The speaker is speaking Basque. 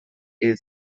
hil